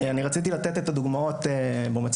אני רציתי לתת את הדוגמאות במצגת,